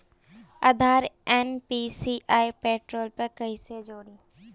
आधार NPCI portal पर कईसे जोड़ी?